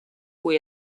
kui